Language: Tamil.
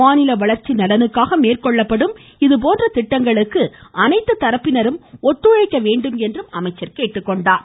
மாநில வளர்ச்சி நலனுக்காக மேற்கொள்பப்டும் இது போன்ற திட்டங்களுக்கு அனைத்து தரப்பினரும் ஒத்துழைக்க வேண்டும் என்று கேட்டுக்கொண்டார்